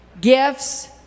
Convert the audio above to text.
gifts